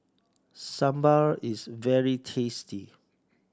sambar is very tasty